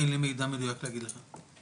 אין לי מידע מדויק להגיד לך.